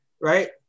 right